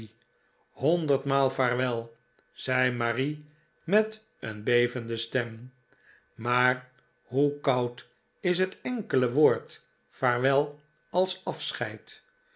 honderdmaal vaarwel zei marie met een bevende stem maar hoe koud is het enkele woord vaarwel als